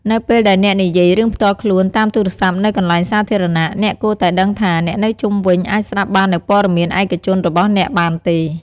នៅពេលដែលអ្នកនិយាយរឿងផ្ទាល់ខ្លួនតាមទូរស័ព្ទនៅកន្លែងសាធារណៈ អ្នកគួរតែដឹងថា អ្នកនៅជុំវិញអាចស្ដាប់បាននូវព័ត៌មានឯកជនរបស់អ្នកបានទេ។